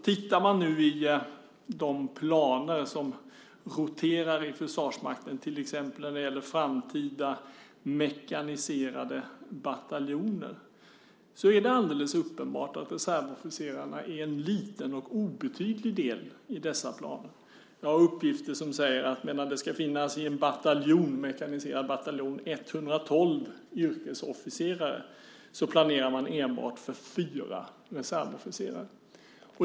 Tittar man på de planer som roterar i Försvarsmakten, till exempel framtida mekaniserade bataljoner, är det alldeles uppenbart att reservofficerarna är en liten och obetydlig del i dessa planer. Jag har uppgifter som säger att medan det i en mekaniserad bataljon ska finnas 112 yrkesofficerare planerar man för enbart fyra reservofficerare.